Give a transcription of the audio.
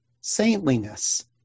saintliness